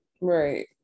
Right